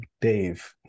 Dave